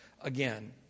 again